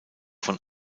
von